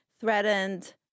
threatened